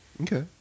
Okay